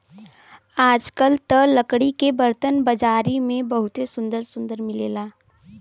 आजकल त लकड़ी के बरतन बाजारी में बहुते सुंदर सुंदर मिलेला